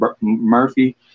Murphy